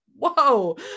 whoa